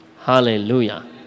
Hallelujah